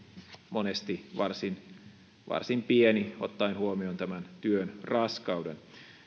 monesti varsin varsin pieni ottaen huomioon tämän työn raskauden